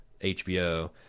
HBO